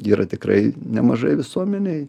yra tikrai nemažai visuomenėj